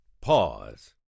pause